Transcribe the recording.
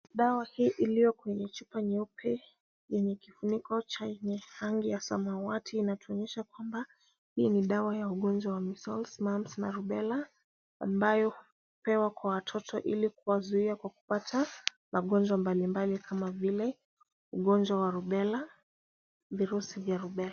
Dawa hii ilio kwenye chupa nyeupe yenye kifuniko cha rangi ya samawati na inaonyesha kwamba hii ni dawa ya ugonjwa wa Measles, Mumps na Rubella ambayo hupewa kwa watoto ili kuwazuia kwa kupata magonjwa mbalimbali kama vile ugonjwa wa Rubella , virusi vya Rubella .